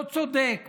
ומס לא צודק,